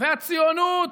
והציונות,